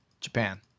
Japan